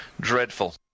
dreadful